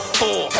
four